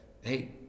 hey